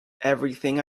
everything